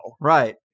Right